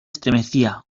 estremecía